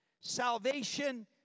Salvation